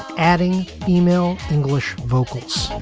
adding female english vocals